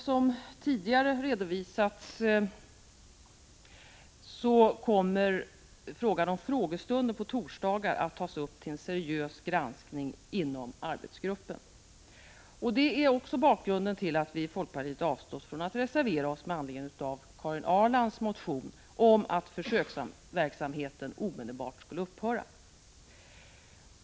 Som tidigare redovisats kommer frågan om frågestunden på torsdagar att tas upp till en seriös granskning inom arbetsgruppen. Det är bakgrunden till att vi i folkpartiet avstått från att reservera oss med anledning av Karin Ahrlands motion om att försöksverksamheten omedelbart skall upphöra.